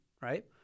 right